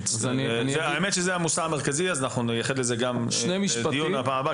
זה המושא המרכזי ואנחנו נייחד לזה את דיון הבא הבא,